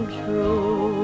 true